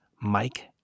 Mike